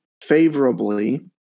favorably